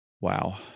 wow